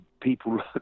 people